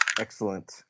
excellent